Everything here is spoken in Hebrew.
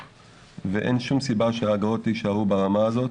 ואין שום סיבה שהאגרות יישארו ברמה הזאת.